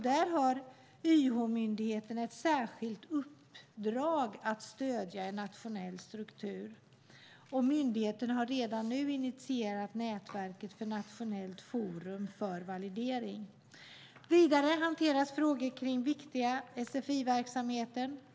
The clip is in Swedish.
Där har YH-myndigheten ett särskilt uppdrag att stödja en nationell struktur. Myndigheten har redan initierat nätverket för nationellt forum för validering. Vidare hanteras frågor kring viktiga sfi-verksamheter.